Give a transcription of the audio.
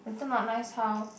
later not nice how